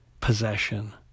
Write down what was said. possession